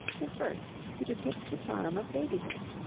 the first to depict the charm of babyhood.